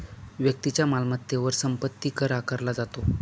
व्यक्तीच्या मालमत्तेवर संपत्ती कर आकारला जातो